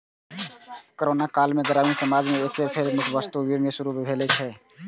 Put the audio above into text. corona काल मे ग्रामीण समाज मे एक बेर फेर सं वस्तु विनिमय शुरू भेल रहै